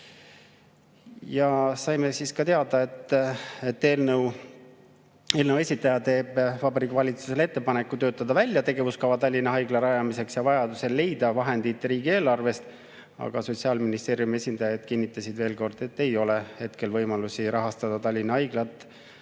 aastal. Saime teada, et eelnõu esitaja teeb Vabariigi Valitsusele ettepaneku töötada välja tegevuskava Tallinna Haigla rajamiseks ja vajadusel leida vahendid riigieelarvest. Aga Sotsiaalministeeriumi esindajad kinnitasid veel kord, et praegu ei ole võimalusi rahastada Tallinna Haiglat